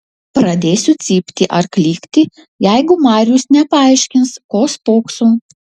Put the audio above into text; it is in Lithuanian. pradėsiu cypti ar klykti jeigu marijus nepaaiškins ko spokso